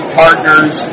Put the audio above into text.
partners